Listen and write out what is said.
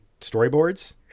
storyboards